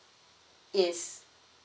yes